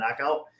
knockout